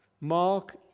Mark